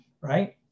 right